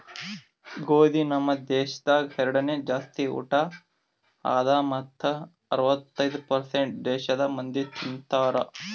ಗೋದಿ ನಮ್ ದೇಶದಾಗ್ ಎರಡನೇ ಜಾಸ್ತಿ ಊಟ ಅದಾ ಮತ್ತ ಅರ್ವತ್ತೈದು ಪರ್ಸೇಂಟ್ ದೇಶದ್ ಮಂದಿ ತಿಂತಾರ್